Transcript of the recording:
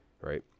right